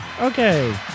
okay